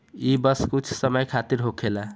ई बस कुछ समय खातिर होखेला